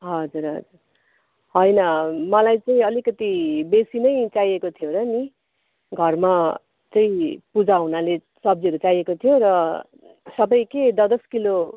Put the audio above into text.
हजुर हजुर होइन मलाई चाहिँ अलिकति बेसी नै चाहिएको थियो र नि घरमा चाहिँ पूजा हुनाले सब्जीहरू चाहिएको थियो र सबै के दस दस किलो